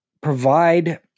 provide